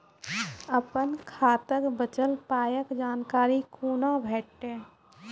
अपन खाताक बचल पायक जानकारी कूना भेटतै?